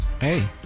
Hey